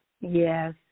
Yes